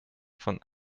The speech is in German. von